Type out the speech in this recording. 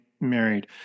married